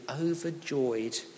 overjoyed